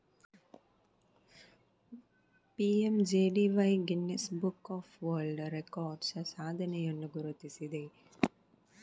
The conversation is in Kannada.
PMJDY Guinness book of world records ಸಾಧನೆಯನ್ನು ಗುರುತಿಸಿದೆ